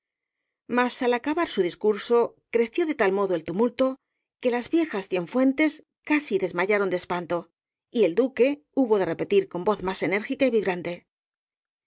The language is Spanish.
mas al acabar su discurso creció de tal modo el tumulto que las viejas cienfuentes casi se desmayaron de espanto y el duque hubo de repetir con voz más enérgica y vibrante